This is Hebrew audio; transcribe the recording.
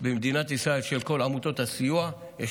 של עמותות הסיוע במדינת ישראל,